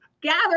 gather